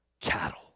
cattle